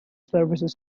services